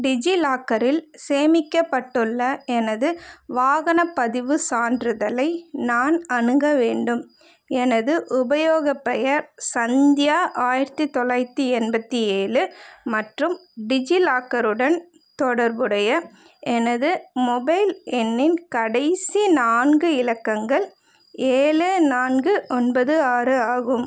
டிஜிலாக்கரில் சேமிக்கப்பட்டுள்ள எனது வாகனப் பதிவுச் சான்றிதழை நான் அணுக வேண்டும் எனது உபயோகப் பெயர் சந்தியா ஆயிரத்தி தொள்ளாயிரத்தி எண்பத்தி ஏழு மற்றும் டிஜிலாக்கருடன் தொடர்புடைய எனது மொபைல் எண்ணின் கடைசி நான்கு இலக்கங்கள் ஏழு நான்கு ஒன்பது ஆறு ஆகும்